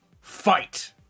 fight